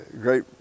great